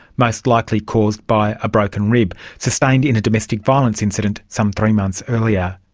most likely caused by a broken rib, sustained in a domestic violence incident some three months earlier.